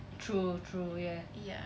true true ya